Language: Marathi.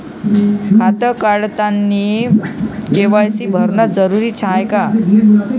खातं काढतानी के.वाय.सी भरनं जरुरीच हाय का?